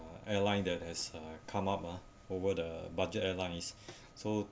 airline that has uh come up ah over the budget airlines so